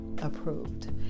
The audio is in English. approved